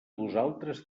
vosaltres